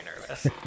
nervous